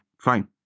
fine